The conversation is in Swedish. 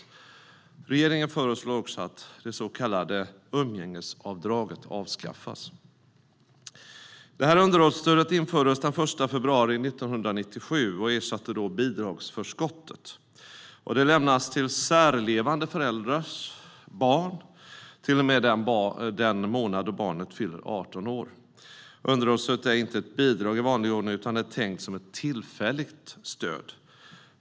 Regeringen föreslår också att det så kallade umgängesavdraget avskaffas. Underhållsstödet infördes den 1 februari 1997 och ersatte då bidragsförskottet. Det lämnas till särlevande föräldrars barn till och med den månad då barnet fyller 18 år. Underhållsstödet är inte ett bidrag i vanlig ordning utan är tänkt som ett tillfälligt stöd.